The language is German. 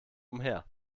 umher